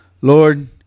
Lord